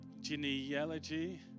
genealogy